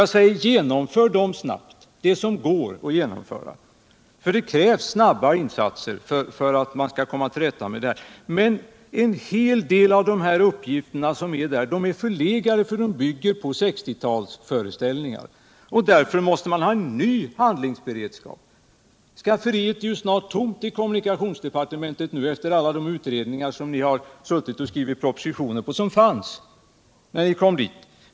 Genomför de åtgärder snabbt som går att genomföra! Det krävs nämligen snara insatser för att komma till rätta med detta. Men en hel del av uppgifterna är förlegade, eftersom de bygger på 1960-talserfarenheter. Därför krävs en bättre handlingsberedskap. Skafferiet är ju snart tomt i kommunikationsdepartementet efter alla de utredningar som fanns när ni kom dit och som ni har skrivit eller skall skriva propositioner på.